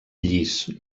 llis